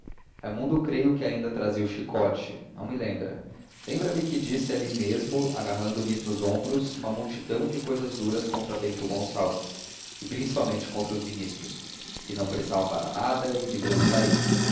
esporas raimundo creio que ainda trazia o chicote não me lembra lembra-me que disse ali mesmo agarrando me nos ombros uma multidão de cousas duras contra bento gonçalves e principalmente contra os ministros que não prestavam para nada e deviam sair